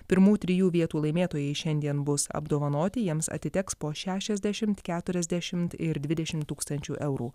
pirmų trijų vietų laimėtojai šiandien bus apdovanoti jiems atiteks po šešiasdešimt keturiasdešimt ir dvidešimt tūkstančių eurų